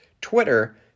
Twitter